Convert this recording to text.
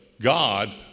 God